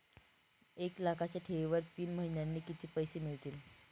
एक लाखाच्या ठेवीवर तीन महिन्यांनी किती पैसे मिळतील?